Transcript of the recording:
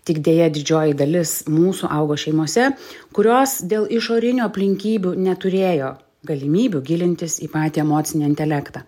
tik deja didžioji dalis mūsų augo šeimose kurios dėl išorinių aplinkybių neturėjo galimybių gilintis į patį emocinį intelektą